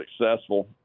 successful